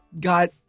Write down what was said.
got